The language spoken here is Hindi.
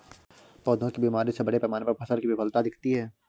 पौधों की बीमारी से बड़े पैमाने पर फसल की विफलता दिखती है